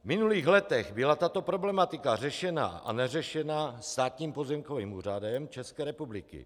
V minulých letech byla tato problematika řešena a neřešena Státním pozemkovým úřadem České republiky.